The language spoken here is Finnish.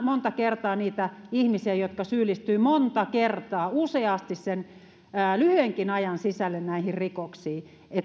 monta kertaa niitä ihmisiä jotka syyllistyvät monta kertaa useasti lyhyenkin ajan sisällä näihin rikoksiin